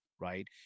right